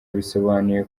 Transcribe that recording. bisobanuye